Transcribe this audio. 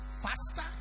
faster